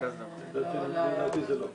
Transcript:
לדעתי זה לא כך.